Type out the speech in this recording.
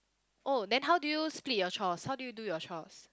oh then how do you split your chores how do you do your chores